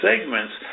segments